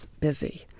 busy